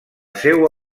seua